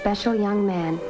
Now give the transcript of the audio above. special young man